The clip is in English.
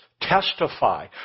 testify